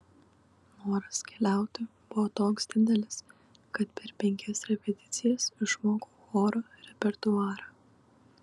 noras keliauti buvo toks didelis kad per penkias repeticijas išmokau choro repertuarą